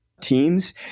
teams